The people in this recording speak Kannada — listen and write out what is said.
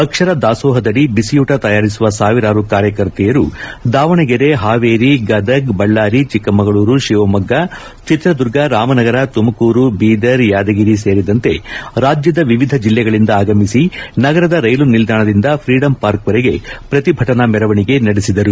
ಅಕ್ಷರ ದಾಸೋಪದಡಿ ಬಿಸಿಯೂಟ ತಯಾರಿಸುವ ಸಾವಿರಾರು ಕಾರ್ಯಕರ್ತೆಯರು ದಾವಣಗೆರೆ ಹಾವೇರಿ ಗದಗ ಬಳ್ದಾರಿ ಚಿಕ್ಕಮಗಳೂರು ಶಿವಮೊಗ್ಗ ಚಿತ್ರದುರ್ಗ ರಾಮನಗರ ತುಮಕೂರು ಬೀದರ್ ಯಾದಗಿರಿ ಸೇರಿದಂತೆ ರಾಜ್ಯದ ವಿವಿಧ ಜಿಲ್ಲೆಗಳಿಂದ ಆಗಮಿಸಿ ನಗರದ ರೈಲು ನಿಲ್ದಾಣದಿಂದ ಫ್ರೀಡಂ ಪಾರ್ಕ್ವರೆಗೆ ಪ್ರತಿಭಟನಾ ಮೆರವಣಿಗೆ ನಡೆಸಿದರು